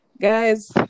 guys